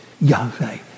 Yahweh